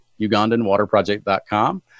ugandanwaterproject.com